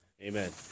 Amen